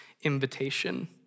invitation